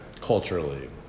Culturally